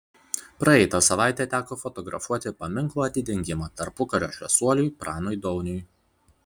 praeitą savaitę teko fotografuoti paminklo atidengimą tarpukario šviesuoliui pranui dauniui